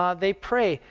um they pray.